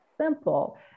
simple